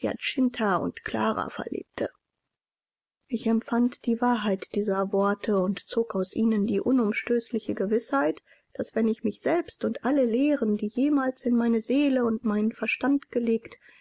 und clara verlebte ich empfand die wahrheit dieser worte und ich zog aus ihnen die unumstößliche gewißheit daß wenn ich mich selbst und alle lehren die jemals in meine seele und meinen verstand gelegt